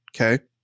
okay